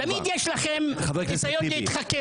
תמיד יש לכם ניסיון להתחכם.